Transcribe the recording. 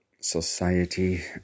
society